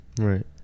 Right